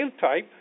type